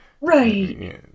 Right